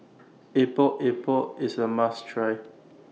Epok Epok IS A must Try